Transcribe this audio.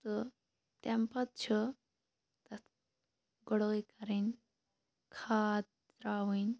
تہٕ تمہِ پَتہٕ چھِ تَتھ گُڈٲے کَرٕنۍ کھاد تراوٕنۍ